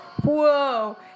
Whoa